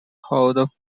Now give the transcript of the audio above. held